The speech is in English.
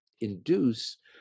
induce